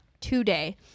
today